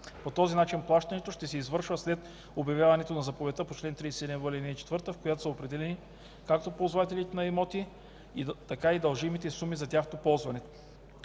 По този начин плащането ще се извършва след обявяването на заповедта по чл. 37в, ал. 4, в която са определени както ползвателите на имоти, така и дължимите суми за тяхното ползване,